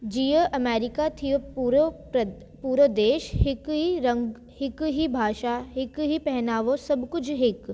जीअं अमेरिका थी वियो पूरो प्र पूरो देशु हिकु ई रं हिक ई भाषा हिकु ई पहिनावो सभु कुझु हिकु